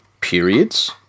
periods